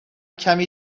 کمی